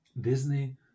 disney